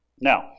Now